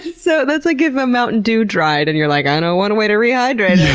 so that's like if a mountain dew dried and you're like, i know one way to rehydrate